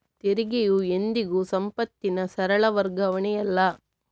ತೆರಿಗೆಯು ಎಂದಿಗೂ ಸಂಪತ್ತಿನ ಸರಳ ವರ್ಗಾವಣೆಯಲ್ಲ